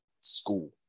school